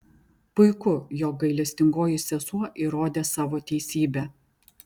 puiku jog gailestingoji sesuo įrodė savo teisybę